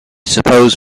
suppose